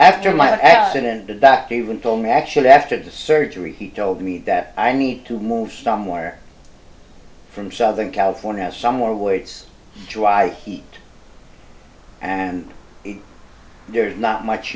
actually after the surgery he told me that i need to move somewhere from southern california somewhere where it's dry heat and there's not much